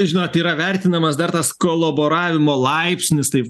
žinot yra vertinamas dar tas kolaboravimo laipsnis taip